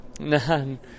None